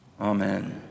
Amen